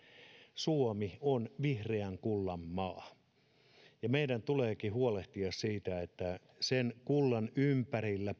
suomi on vihreän kullan maa meidän tulee huolehtia siitä että päätöksenteko sen kullan ympärillä